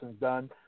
done